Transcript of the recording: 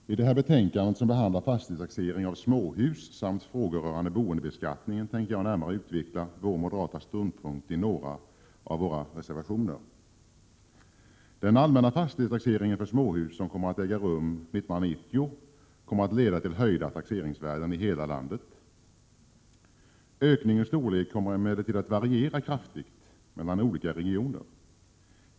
Herr talman! När det gäller detta betänkande som behandlar fastighetstaxering av småhus 'samt frågor rörande boendebeskattningen tänker jag närmare utveckla vår moderata ståndpunkt som framförs i våra reservationer. Den allmänna fastighetstaxering för småhus som kommer att äga rum 1990 kommer att leda till höjda taxeringsvärden i hela landet. Ökningens storlek 85 Vissa frågor inför all kommer emellertid att variera kraftigt mellan olika regioner.